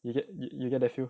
you get that feel